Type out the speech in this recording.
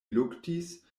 luktis